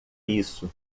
isso